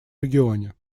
регионе